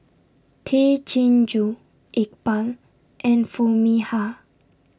Tay Chin Joo Iqbal and Foo Mee Har